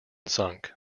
sunk